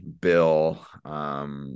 Bill